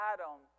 Adam